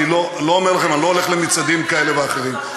אני לא הולך למצעדים כאלה ואחרים,